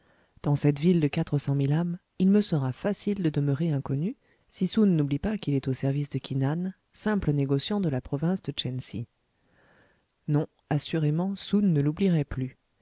dans cette ville de quatre cent mille âmes il me sera facile de demeurer inconnu si soun n'oublie pas qu'il est au service de ki nan simple négociant de la province de chen si non assurément soun ne l'oublierait plus